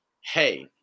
hey